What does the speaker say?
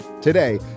Today